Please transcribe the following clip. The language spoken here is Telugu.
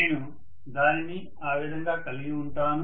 నేను దానిని ఆ విధంగా కలిగి ఉంటాను